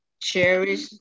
cherish